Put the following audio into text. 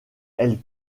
elle